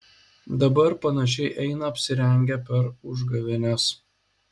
dabar panašiai eina apsirengę per užgavėnes